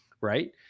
right